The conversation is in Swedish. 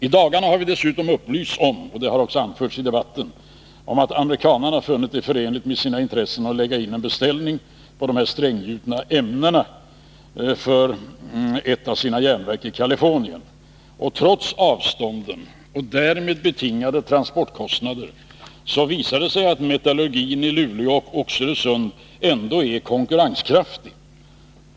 I dagarna har vid dessutom upplysts om — det har också anförts i debatten — att amerikanarna funnit det förenligt med sina intressen att lägga in en beställning på stränggjutna ämnen för ett av sina järnverk i Kalifornien. Trots avstånden och därav betingade transportkostnader visar sig metallurgin i Luleå och Oxelösund konkurrenskraftig.